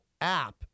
app